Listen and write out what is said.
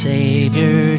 Savior